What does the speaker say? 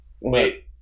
Wait